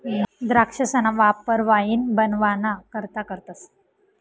द्राक्षसना वापर वाईन बनवाना करता करतस